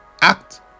act